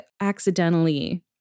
accidentally